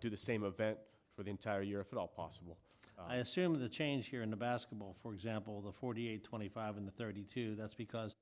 do the same event for the entire year if at all possible i assume of the change here in the basketball for example the forty eight twenty five in the thirty two that's because